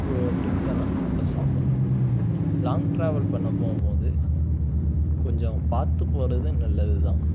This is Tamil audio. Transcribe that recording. ஃபு டிரிங்க்காக தான் நம்ம சாப்பிட்ணும் லாங் டிராவல் பண்ண போகும்மோது கொஞ்சம் பார்த்து போகிறது நல்லது தான்